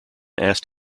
asked